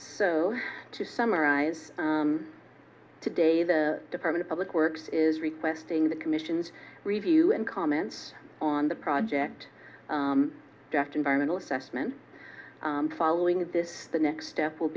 so to summarize today the department of public works is requesting the commission's review and comments on the project draft environmental assessment following this the next step w